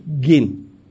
gain